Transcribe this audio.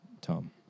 Tom